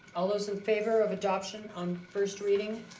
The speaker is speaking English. all those in favor of adoption on first reading?